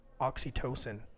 oxytocin